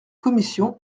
commission